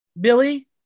Billy